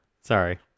Sorry